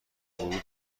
ورود